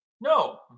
No